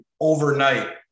overnight